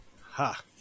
Ha